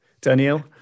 Daniel